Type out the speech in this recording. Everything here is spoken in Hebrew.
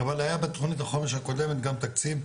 אבל היה בתוכנית החומש הקודמת גם תקציב,